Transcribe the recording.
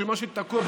שמה שתקוע,